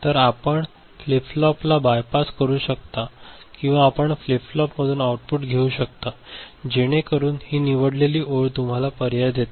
तर आपण फ्लिप फ्लॉपला बायपास करू शकता किंवा आपण फ्लिप फ्लॉपमधून आउटपुट घेऊ शकता जेणेकरून ही निवडलेली ओळ तुम्हाला पर्याय देते